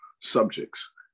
subjects